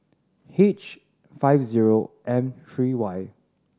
H five zero M three Y